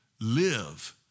live